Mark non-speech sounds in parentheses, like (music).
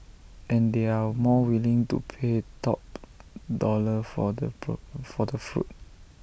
and they are more willing to pay top dollar for the (unintelligible) for the fruit